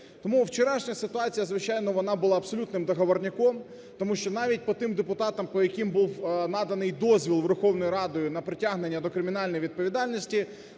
Тому вчорашня ситуація, звичайно, вона була абсолютним договорняком, тому що навіть по тим депутатам, по яким був наданий дозвіл Верховною Радою на притягнення до кримінальної відповідальності,